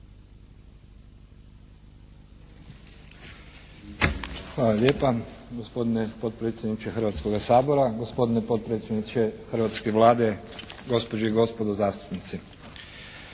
Hvala lijepa gospodine potpredsjedniče Hrvatskoga sabora, gospodine potpredsjedniče hrvatske Vlade, gospođe i gospodo zastupnici.